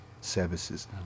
services